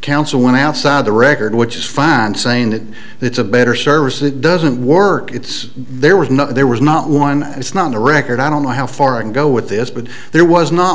council went outside the record which is fine saying that it's a better service it doesn't work it's there was no there was not one it's not on the record i don't know how far i can go with this but there was not